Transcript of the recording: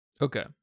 Okay